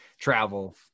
travel